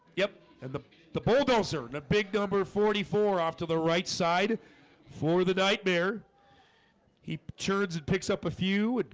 yep and the the bulldozer the big number forty four off to the right side for the nightmare he churns it picks up a few and